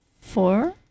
Four